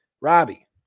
Robbie